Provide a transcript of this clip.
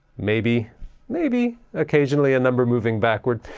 maybe maybe occasionally a number moving backward.